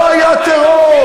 לא היה טרור.